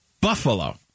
Buffalo